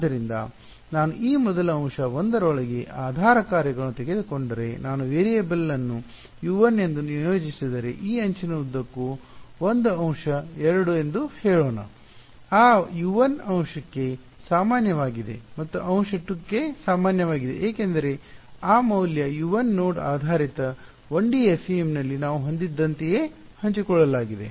ಆದ್ದರಿಂದ ನಾನು ಈ ಮೊದಲ ಅಂಶ 1 ರೊಳಗಿನ ಆಧಾರ ಕಾರ್ಯಗಳನ್ನು ತೆಗೆದುಕೊಂಡರೆ ನಾನು ವೇರಿಯೇಬಲ್ ಅನ್ನು U1 ಎಂದು ನಿಯೋಜಿಸಿದರೆ ಈ ಅಂಚಿನ ಉದ್ದಕ್ಕೂ ಒಂದು ಅಂಶ 2 ಎಂದು ಹೇಳೋಣ ಆ U1 ಅಂಶ 1 ಕ್ಕೆ ಸಾಮಾನ್ಯವಾಗಿದೆ ಮತ್ತು ಅಂಶ 2 ಕ್ಕೆ ಸಾಮಾನ್ಯವಾಗಿದೆ ಏಕೆಂದರೆ ಆ ಮೌಲ್ಯ U1 ನೋಡ್ ಆಧಾರಿತ 1 ಡಿ FEM ನಲ್ಲಿ ನಾವು ಹೊಂದಿದ್ದಂತೆಯೇ ಹಂಚಿಕೊಳ್ಳಲಾಗಿದೆ